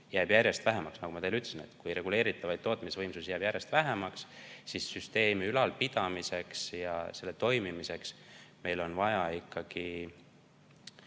jääb järjest vähemaks. Nagu ma juba ütlesin, kui reguleeritavaid tootmisvõimsusi jääb järjest vähemaks, siis süsteemi ülalpidamiseks ja selle toimimiseks on vaja ikkagi